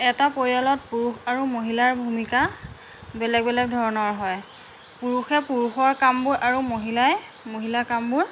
এটা পৰিয়ালত পুৰুষ আৰু মহিলাৰ ভূমিকা বেলেগ বেলেগ ধৰণৰ হয় পুৰুষে পুৰুষৰ কামবোৰ আৰু মহিলাই মহিলা কামবোৰ